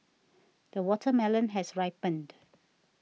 the watermelon has ripened